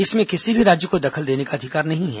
इसमें किसी भी राज्य को दखल देने का अधिकार नहीं है